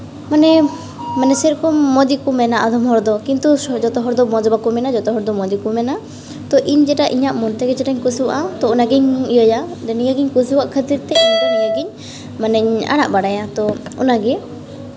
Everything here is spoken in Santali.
ᱢᱟᱱᱮ ᱢᱟᱱᱮ ᱥᱮᱭᱨᱚᱠᱚᱢ ᱢᱚᱡᱽ ᱜᱮᱠᱚ ᱢᱮᱱᱟ ᱟᱫᱷᱚᱱ ᱦᱚᱲ ᱫᱚ ᱠᱤᱱᱛᱩ ᱡᱚᱛᱚ ᱦᱚᱲ ᱫᱚ ᱢᱚᱡᱽ ᱵᱟᱠᱚ ᱢᱮᱱᱟ ᱡᱚᱛᱚ ᱦᱚᱲ ᱫᱚ ᱢᱚᱡᱽ ᱜᱮᱠᱚ ᱢᱮᱱᱟ ᱛᱚ ᱤᱧ ᱡᱮᱴᱟ ᱤᱧᱟᱹᱜ ᱠᱩᱥᱤᱭᱟᱜᱼᱟ ᱛᱚ ᱚᱱᱟᱜᱤᱧ ᱤᱭᱟᱹᱭᱟ ᱟᱫᱚ ᱱᱤᱭᱟᱹᱜᱤᱧ ᱠᱩᱥᱤᱭᱟᱜ ᱠᱷᱟᱹᱛᱤᱨ ᱛᱮ ᱤᱧᱫᱚ ᱱᱤᱭᱟᱹᱜᱤᱧ ᱢᱟᱱᱮᱧ ᱟᱲᱟᱜ ᱵᱟᱲᱟᱭᱟ ᱛᱚ ᱚᱱᱟᱜᱮ